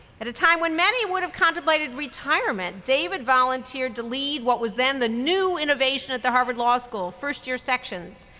at a time when many would have contemplated retirement, david volunteered to lead what was then the new innovation at the harvard law school, first year sections,